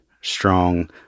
strong